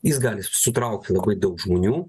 jis gali sutraukti labai daug žmonių